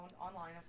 online